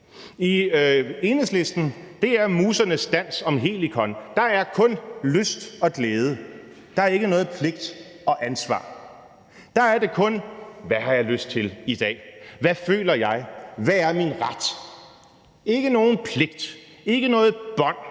I Enhedslisten er det musernes dans på Helikon. Der er kun lyst og glæde, der er ikke noget pligt og ansvar, der er det kun, hvad har jeg lyst til i dag, hvad føler jeg, hvad er min ret; ikke nogen pligt, ikke noget bånd,